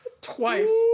Twice